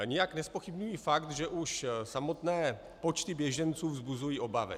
Nijak nezpochybňuji fakt, že už samotné počty běženců vzbuzují obavy.